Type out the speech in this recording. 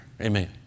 Amen